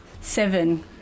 Seven